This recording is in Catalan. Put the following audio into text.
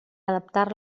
adaptar